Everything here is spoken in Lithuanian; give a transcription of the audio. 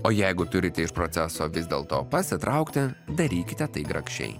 o jeigu turite iš proceso vis dėl to pasitraukti darykite tai grakščiai